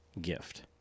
gift